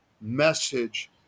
message